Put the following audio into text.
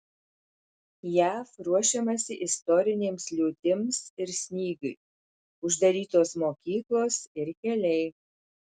jav ruošiamasi istorinėms liūtims ir snygiui uždarytos mokyklos ir keliai